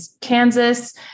Kansas